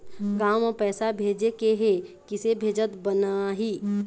गांव म पैसे भेजेके हे, किसे भेजत बनाहि?